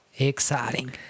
exciting